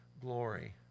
glory